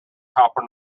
copper